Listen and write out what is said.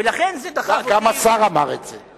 ולכן זה דחף אותי, גם השר אמר את זה.